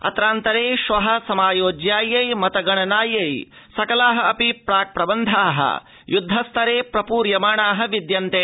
अत्रान्तरे श्वः समायोज्यायै मतगणनायै सकलाः अपि प्राक्प्रबन्धाः युद्धस्तरे प्रयूर्यमाणाः विद्यन्ते